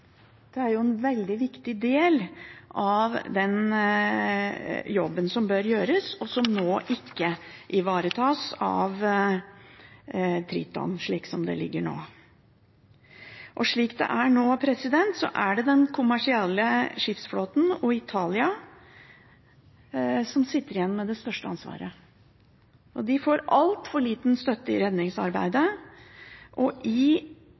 Det er en veldig viktig del av den jobben som bør gjøres, og som nå ikke ivaretas av Triton, slik som det foregår nå. Slik det er nå, er det den kommersielle skipsflåten og Italia som sitter igjen med det største ansvaret. De får altfor liten støtte i redningsarbeidet.